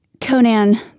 Conan